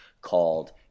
called